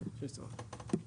שיש צורך.